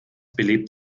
belebt